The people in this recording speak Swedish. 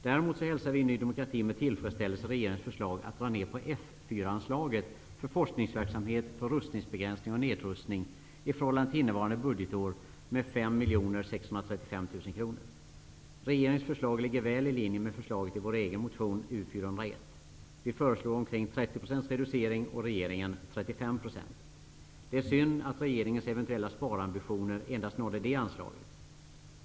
Däremot hälsar vi i Ny demokrati med tillfredsställelse regeringens förslag att dra ned F4 Regeringens förslag ligger väl i linje med förslaget i vår motion U 401. Vi föreslår en reducering på ca 30 %, och regeringen föreslår en reducering på Det är synd att regeringens eventuella sparambitioner endast nådde detta anslag.